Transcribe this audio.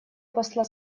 посла